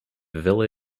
villa